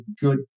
good